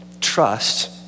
trust